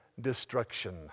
destruction